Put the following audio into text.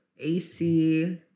AC